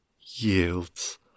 Yields